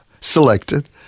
selected